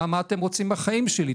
מה אתם רוצים בחיים שלי,